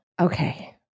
Okay